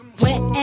wet